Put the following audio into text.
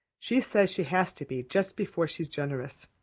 she says she has to be just before she's generous.